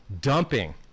dumping